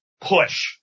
Push